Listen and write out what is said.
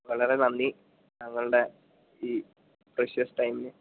വളരെ നന്ദി താങ്കളുടെ ഈ പ്രഷ്യസ് ടൈമിന്